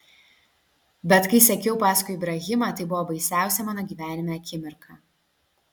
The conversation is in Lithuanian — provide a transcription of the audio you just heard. bet kai sekiau paskui ibrahimą tai buvo baisiausia mano gyvenime akimirka